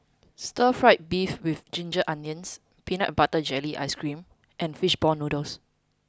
stir fried beef with ginger onions peanut butter jelly ice cream and fish ball noodles